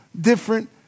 different